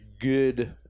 good